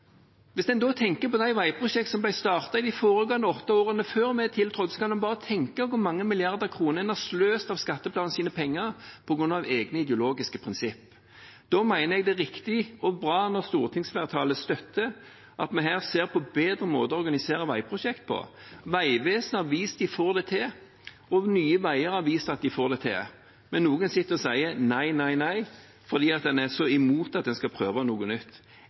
Hvis en da tenker på de veiprosjektene som ble startet i de foregående åtte årene før vi tiltrådte, kan en bare tenke seg hvor mange milliarder en har sløst bort av skattebetalernes penger på grunn av egne ideologiske prinsipp. Da mener jeg det er riktig og bra når stortingsflertallet støtter at vi her ser på bedre måter å organisere veiprosjekt på. Vegvesenet har vist at de får det til, og Nye Veier har vist at de får det til. Men noen sitter og sier nei, nei, nei fordi en er så imot at en skal prøve noe nytt.